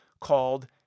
called